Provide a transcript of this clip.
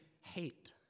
hate